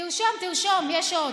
תרשום, תרשום, יש עוד: